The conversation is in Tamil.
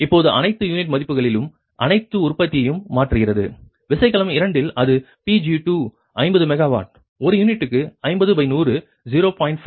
இப்போது அனைத்து யூனிட் மதிப்புகளிலும் அனைத்து உற்பத்தியையும் மாற்றுகிறது விசைக்கலம் 2 இல் அது PG2 50 மெகாவாட் ஒரு யூனிட்க்கு 50100 0